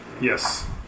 Yes